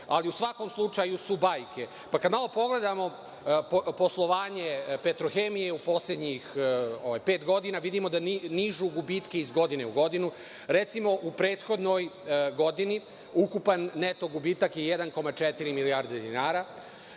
ali u svakom slučaju su bajke. Pa, kad malo pogledamo poslovanje „Petrohemije“ u poslednjih pet godina, vidimo da nižu gubitke iz godine u godinu. Recimo, u prethodnoj godini ukupan neto gubitak je 1,4 milijarde dinara,